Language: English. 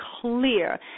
clear